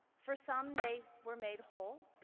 for some, they were made whole.